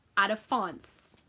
out of fonts,